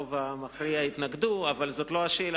הרוב המכריע התנגדו, אבל זו לא השאלה.